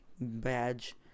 badge